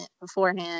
beforehand